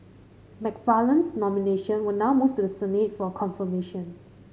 McFarland's nomination will now move to the Senate for a confirmation